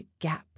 gap